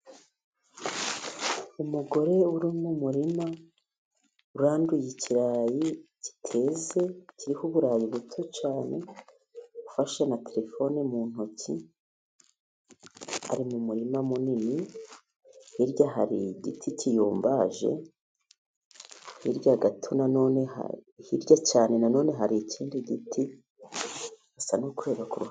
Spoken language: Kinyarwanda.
Umugore uri mu muririma, uranduye ikirayi kiteze, kiriho uburayi buto cyane, ufashe na terefone mu ntoki, ari mu murima munini, hirya hari igiti kiyombaje, hirya gato, hirya cyane nanone hari ikindi giti,...